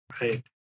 right